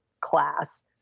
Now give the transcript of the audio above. class